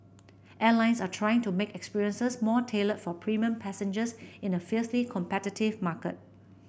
airlines are trying to make experiences more tailored for premium passengers in a fiercely competitive market